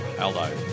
Aldo